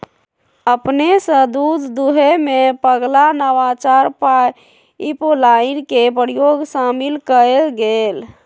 अपने स दूध दूहेमें पगला नवाचार पाइपलाइन के प्रयोग शामिल कएल गेल